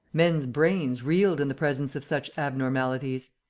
men's brains reeled in the presence of such abnormalities.